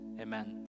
Amen